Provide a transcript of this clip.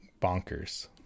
bonkers